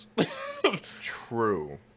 True